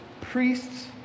priests